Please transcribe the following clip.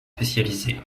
spécialisée